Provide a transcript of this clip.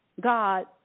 God